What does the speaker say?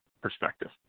perspective